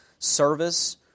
service